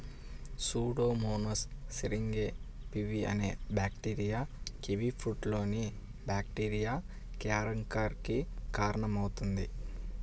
Pseudomonas syringae PV అనే bacteria కివీఫ్రూట్లోని bacteria canker కి కారణమవుతుంది